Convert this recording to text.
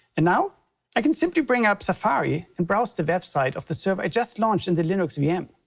and now i can simply bring up safari and browse the website of the server i just launched in the linux vm.